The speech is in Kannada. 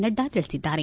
ನಡ್ಡಾ ತಿಳಿಸಿದ್ದಾರೆ